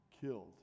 killed